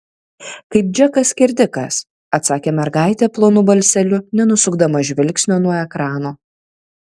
kaip džekas skerdikas atsakė mergaitė plonu balseliu nenusukdama žvilgsnio nuo ekrano